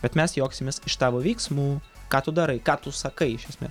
bet mes juoksimės iš tavo veiksmų ką tu darai ką tu sakai iš esmės